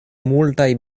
multaj